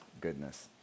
goodness